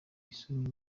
isoni